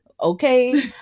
Okay